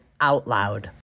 OUTLOUD